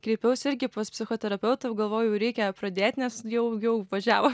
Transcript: kreipiausi irgi pas psichoterapeutą jau galvojau jau reikia pradėt nes jau jau važiavo